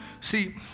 See